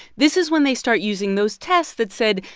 this is when they start using those tests that said,